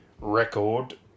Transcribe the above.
record